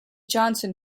johnson